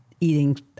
eating